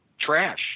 Trash